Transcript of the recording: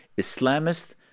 Islamist